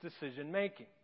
decision-making